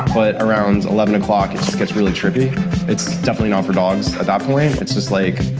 but around eleven o'clock it just gets really trippy it's definitely not for dogs at that point it's just, like,